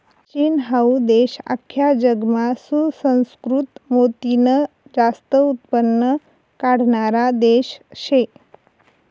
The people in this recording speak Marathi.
चीन हाऊ देश आख्खा जगमा सुसंस्कृत मोतीनं जास्त उत्पन्न काढणारा देश शे